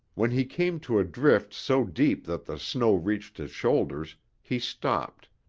when he came to a drift so deep that the snow reached his shoulders, he stopped,